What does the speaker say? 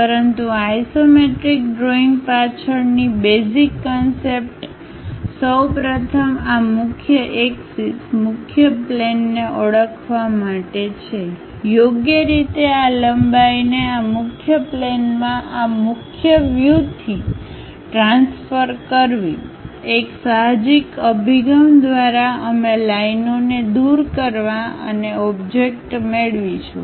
પરંતુ આ isometric drawing પાછળની બેઝિક કોન્સેપ્ટ સૌ પ્રથમ આ મુખ્ય એક્સિસ મુખ્ય પ્લેનને ઓળખવા માટે છે યોગ્ય રીતે આ લંબાઈને આ મુખ્ય પ્લેનમાં આ મુખ્ય વ્યૂથી ટ્રાન્સફર કરવી એક સાહજિક અભિગમ દ્વારા અમે લાઈનઓને દૂર કરવા અને ઓબ્જેક્ટ મેળવીશું